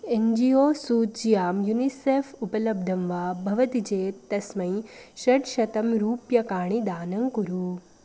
N G O सूच्यां UNICEF उपलब्धं वा भवति चेत् तस्मै षट्शतं रूप्यकाणि दानं कुरु